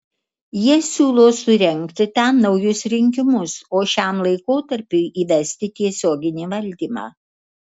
jie siūlo surengti ten naujus rinkimus o šiam laikotarpiui įvesti tiesioginį valdymą